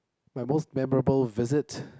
my most memorable visit